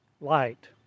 light